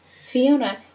Fiona